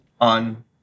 on